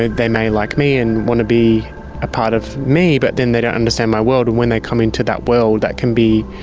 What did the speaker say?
and they may like me and want to be a part of me, but then they don't understand my world, and when they come into that world, that can be,